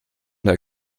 der